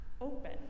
open